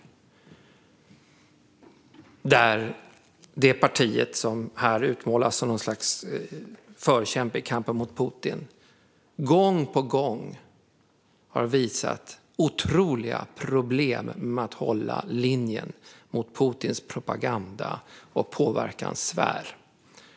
Och det är ett parti som här utmålas som något slags förkämpe i kampen mot Putin, som gång på gång har visat otroliga problem med att hålla linjen mot Putins propaganda och påverkanssfär.